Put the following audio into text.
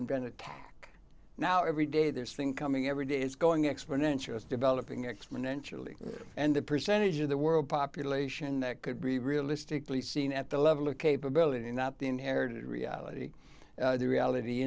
invent attack now every day there's thing coming every day it's going exponential it's developing exponentially and the percentage of the world population that could be realistically seen at the level of capability not the inherited reality the reality